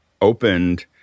opened